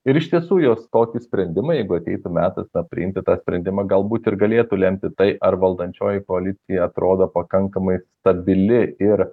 ir iš tiesų jos tokį sprendimą jeigu ateitų metas priimti tą sprendimą galbūt ir galėtų lemti tai ar valdančioji koalicija atrodo pakankamai stabili ir